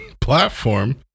platform